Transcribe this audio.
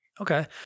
Okay